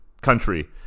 country